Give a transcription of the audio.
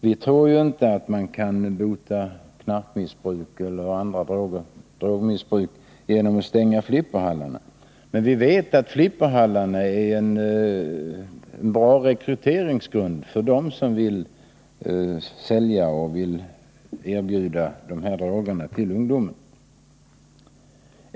Vi tror inte att man kan komma åt knarkmissbruk eller andra drogmissbruk genom att stänga flipperhallarna, men vi vet att dessa utgör en bra rekryteringsbas för dem som vill sälja droger till ungdomen.